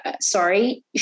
sorry